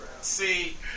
See